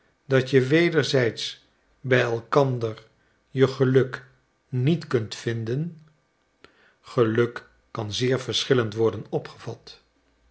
dat je wederzijds bij elkander je geluk niet kunt vinden geluk kan zeer verschillend worden opgevat